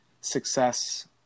success